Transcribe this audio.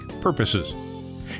purposes